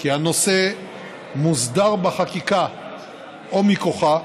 שהנושא מוסדר בחקיקה או מכוחה,